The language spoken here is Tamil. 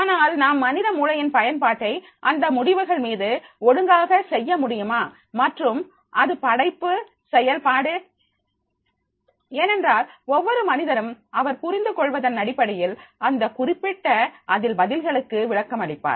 ஆனால் நாம் மனித மூளையின் பயன்பாட்டை அந்த முடிவுகள் மீது ஒழுங்காக செய்யமுடியுமா மற்றும் அது படைப்பு செயல்பாடு ஏனென்றால் ஒவ்வொரு மனிதரும் அவர் புரிந்து கொள்வதன் அடிப்படையில் அந்த குறிப்பிட்ட அதில் பதில்களுக்கு விளக்கம் அளிப்பார்